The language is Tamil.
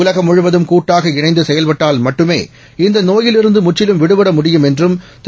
உலகம்முழுவதும்கூட்டாகஇணைந்துசெயல்பட்டால்மட்டுமே இந்தநோயிலில்இருந்துமுற்றிலும்விடுபடமுடியும்என்றும்திரு